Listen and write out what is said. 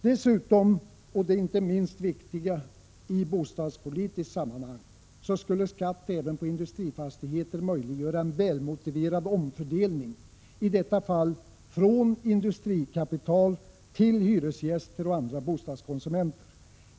Dessutom, inte minst viktigt i bostadspolitiskt sammanhang, skulle skatt även på industrifastigheter möjliggöra en välmotiverad omfördelning, i detta fall från industrikapital till hyresgäster och andra bostadskonsumenter.